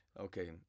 Okay